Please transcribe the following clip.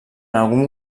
algun